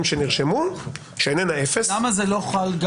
שנרשמו שאיננה אפס --- למה זה לא חל?